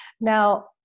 Now